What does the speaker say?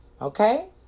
Okay